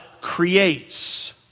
creates